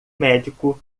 médico